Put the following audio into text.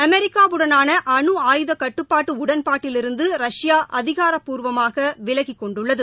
அமெரிக்காவுடனான அணு ஆயுத கட்டுபாட்டு உடன்பாட்டிலிருந்து ரஷ்யா அதிகாரபூர்வமாக விலகிகொண்டுள்ளது